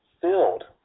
filled